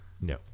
No